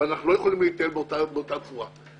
ואנחנו לא יכולים להתנהל באותה צורה.